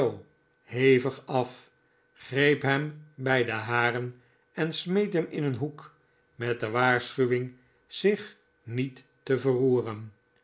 hevig af greep hem bij de haren en smeet hem in een hoek met de waarschuwing zich niet te verroeren